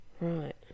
Right